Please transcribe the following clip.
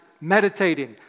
meditating